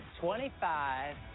Twenty-five